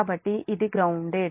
కాబట్టి ఇది గ్రౌన్దేడ్